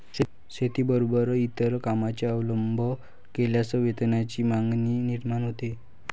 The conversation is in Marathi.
शेतीबरोबरच इतर कामांचा अवलंब केल्यास वेतनाची मागणी निर्माण होते